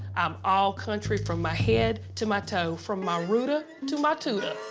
i'm all country from my head to my toe, from my rooter to my tooter.